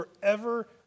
forever